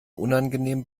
unangenehm